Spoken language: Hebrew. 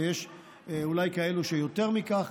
ויש אולי כאלה שיותר מכך.